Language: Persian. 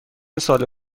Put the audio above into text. سال